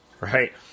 Right